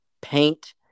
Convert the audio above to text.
paint